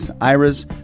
IRAs